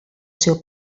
seu